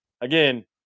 again